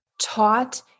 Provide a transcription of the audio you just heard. taught